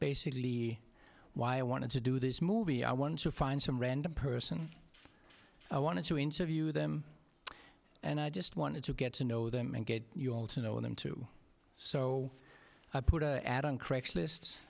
basically why i wanted to do this movie i wanted to find some random person i wanted to interview them and i just wanted to get to know them and get you all to know them too so i put a ad on craigslist